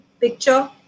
picture